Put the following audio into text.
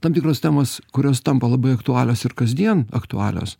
tam tikros temos kurios tampa labai aktualios ir kasdien aktualios